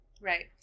Right